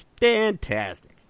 fantastic